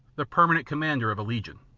the per manent commander of a legion.